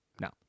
no